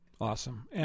Awesome